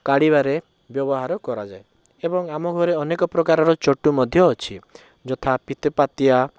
କାଢ଼ିବାରେ ବ୍ୟବହାର କରାଯାଏ ଏବଂ ଆମ ଘରେ ଅନେକ ପ୍ରକାରର ଚଟୁ ମଧ୍ୟ ଅଛି ଯଥା ପିଠାପାତିଆ